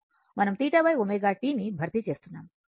మనం θ ω t ని భర్తీ చేస్తున్నాము మరియు ఇది Em